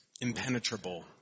impenetrable